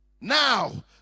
Now